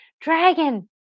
dragon